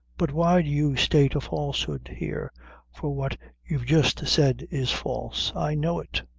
but why do you state a falsehood here for what you've just said is false i know it.